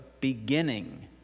beginning